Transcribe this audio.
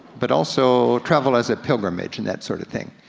but also travel as a pilgrimage, and that sort of thing.